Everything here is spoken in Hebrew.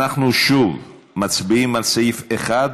אנחנו שוב מצביעים על סעיף 1,